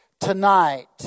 tonight